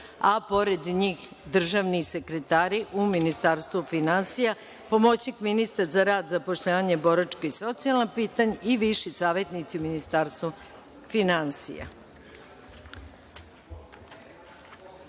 a pored njih državni sekretari u Ministarstvu finansija, pomoćnik ministra za rad i zapošljavanje i boračka i socijalna pitanja i viši savetnici u Ministarstvu finansija. Molim